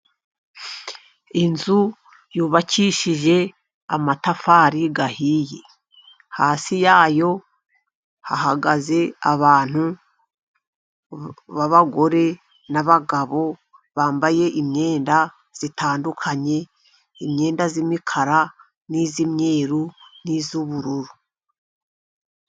Inzu yubakishije amatafari ahiye, hasi yayo hahagaze abantu b'abagore n'abagabo ,bambaye imyenda itandukanye, imyenda y'imikara, n'iy'imyeru n'iy'ubururu.